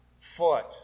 foot